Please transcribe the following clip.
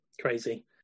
crazy